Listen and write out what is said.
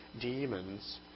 demons